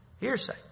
Hearsay